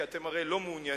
כי אתם הרי לא מעוניינים